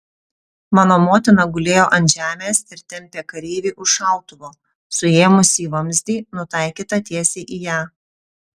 mano motina gulėjo ant žemės ir tempė kareivį už šautuvo suėmusį vamzdį nutaikytą tiesiai į ją